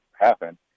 happen